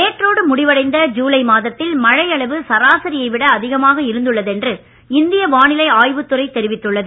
நேற்றோடு முடிவடைந்த ஜுலை மாதத்தில் மழையளவு சராசரியை விட அதிகமாக இருந்துள்ளது என்று இந்திய வானிலை ஆய்வுத் துறை தெரிவித்துள்ளது